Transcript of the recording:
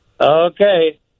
Okay